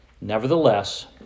Nevertheless